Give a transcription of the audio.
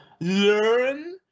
learn